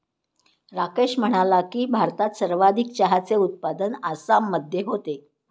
राकेश म्हणाला की, भारतात सर्वाधिक चहाचे उत्पादन आसाममध्ये होते